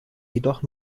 jedoch